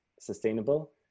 sustainable